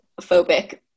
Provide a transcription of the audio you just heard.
phobic